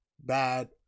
Bad